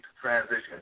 transition